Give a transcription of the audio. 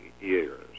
years